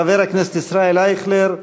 חברי הכנסת ישראל אייכלר,